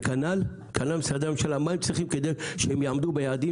וכנ"ל משרדי הממשלה: מה הם צריכים כדי שהם יעמדו ביעדים